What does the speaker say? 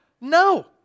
No